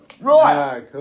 Right